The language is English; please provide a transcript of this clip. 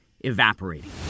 evaporating